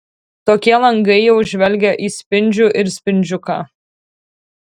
tokie langai jau žvelgia į spindžių ir spindžiuką